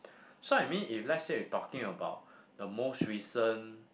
so I mean if let's say we talking about the most recent